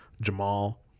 Jamal